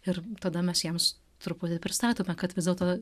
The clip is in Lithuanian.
ir tada mes jiems truputį pristatome kad vis dėlto